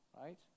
right